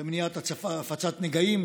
למניעת הפצת נגעים,